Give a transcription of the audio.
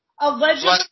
Allegedly